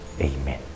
Amen